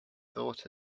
thought